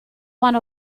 one